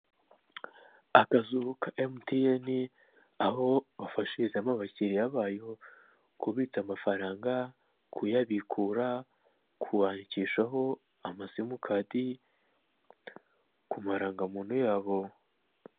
Akazu ka emutiyene aho bafashirizamo abakiriya bayo kubitsa amafaranga kuyabikura kubandikishaho amasimukadi ku marangagamuntu yabo.